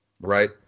right